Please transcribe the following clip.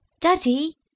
Daddy